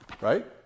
right